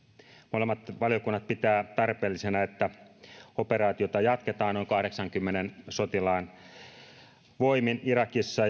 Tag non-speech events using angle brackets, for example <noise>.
molemmat valiokunnat pitävät tarpeellisena että operaatiota jatketaan noin kahdeksaankymmeneen sotilaan voimin irakissa <unintelligible>